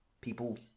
people